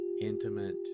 intimate